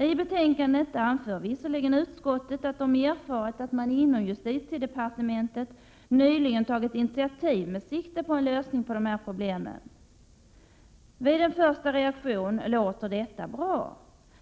I betänkandet anför visserligen utskottet att man erfarit att det inom justitiedepartementet nyligen tagits initiativ med sikte på en lösning på de här problemen. Ens första reaktion är att detta låter bra,